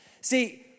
See